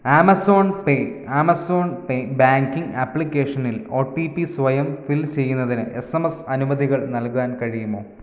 Amazon pay Amazon pay banking ആപ്ലിക്കേഷനിൽ O T P സ്വയം fill ചെയ്യുന്നതിന് എസ് എം എസ് അനുമതികൾ നൽകാൻ കഴിയുമോ